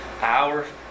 Hours